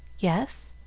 yes.